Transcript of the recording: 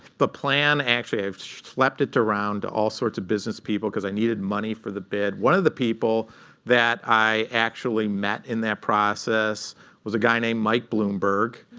the plan, actually, i schlepped it around to all sorts of business people because i needed money for the bid. one of the people that i actually met in that process was a guy named mike bloomberg,